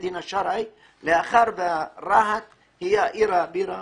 הדין השרעי בהתחשב בעובדה שרהט היא עיר הבירה